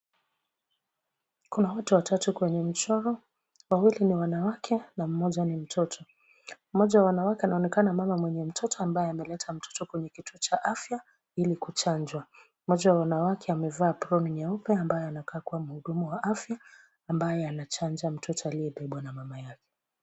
Kuna watu watatu kwenye mchoro. Wawili ni wanawake na mmoja ni mtoto. Mmoja wa wanawake anaonekana mama mwenye mtoto ambaye ameleta mtoto kwenye kituo cha afya ili kuchanjwa. Mmoja wa wanawake amevaa aproni nyeupe ambaye anakaa kuwa mhudumu wa afya, ambaye anachanja mtoto ambaye amebebwa na mama yake.